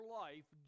life